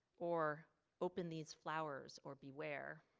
or open these flowers or beware